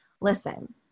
Listen